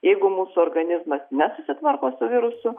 jeigu mūsų organizmas nesusitvarko su virusu